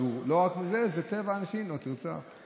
אבל לא רק זה, זה טבע האנשים: לא תרצח.